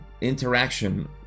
interaction